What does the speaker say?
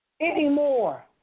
anymore